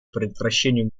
предотвращению